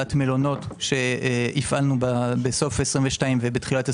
להפעלת מלונות שהפעלנו בסוף 22' ותחילת 23'